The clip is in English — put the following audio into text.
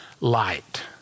light